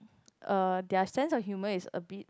uh their sense of humor is a bit